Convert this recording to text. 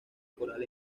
coral